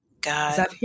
God